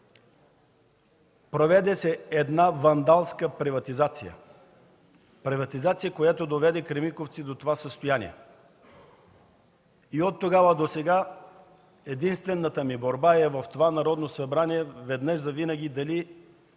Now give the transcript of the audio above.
проведе една вандалска приватизация, която доведе „Кремиковци” до това състояние. Оттогава досега единствената ми борба е в това Народно събрание – веднъж завинаги дали